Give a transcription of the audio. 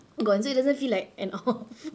gone so it doesn't feel like an off